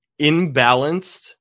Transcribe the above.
imbalanced